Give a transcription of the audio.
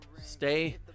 Stay